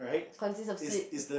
consist of sleep